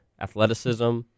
athleticism